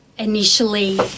Initially